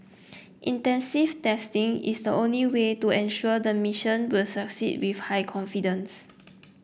extensive testing is the only way to ensure the mission will succeed with high confidence